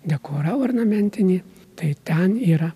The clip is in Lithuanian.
dekorą ornamentinį tai ten yra